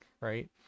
Right